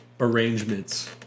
arrangements